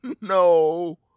no